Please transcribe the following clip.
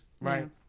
Right